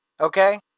okay